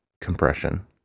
compression